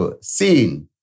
seen